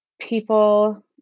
people